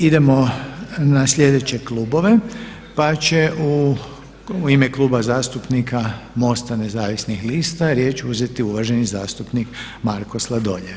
Idemo na sljedeće klubove, pa će u ime Kluba zastupnika MOST-a nezavisnih lista riječ uzeti uvaženi zastupnik Marko Sladoljev.